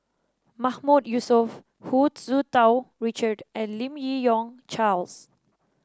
Mahmood Yusof Hu Tsu Tau Richard and Lim Yi Yong Charles